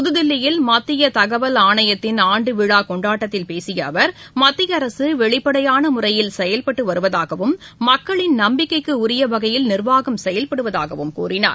புதுதில்லியில் மத்தியதகவல் ஆணையத்தின் ஆண்டுவிழாகொண்டாட்டத்தில் பேசியஅவர் மத்திய அரசுவெளிப்படையானமுறையில் செயல்பட்டுவருவதாகவும் மக்களின் நம்பிக்கைக்குரியவகையில் நிர்வாகம் செயல்படுவதாகவும் கூறினார்